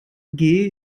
gehe